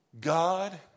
God